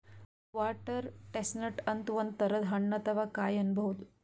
water chestnut ಅಂತ್ ಒಂದ್ ತರದ್ ಹಣ್ಣ್ ಅಥವಾ ಕಾಯಿ ಅನ್ಬಹುದ್